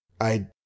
I